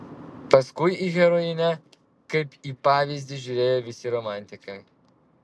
paskui į herojinę kaip į pavyzdį žiūrėjo visi romantikai